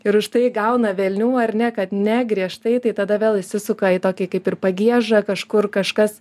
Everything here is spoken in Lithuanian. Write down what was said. ir užtai gauna velnių ar ne kad ne griežtai tai tada vėl įsisuka į tokį kaip ir pagiežą kažkur kažkas